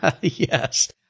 Yes